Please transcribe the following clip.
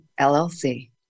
LLC